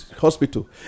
hospital